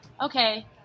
okay